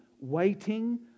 waiting